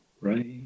right